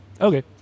Okay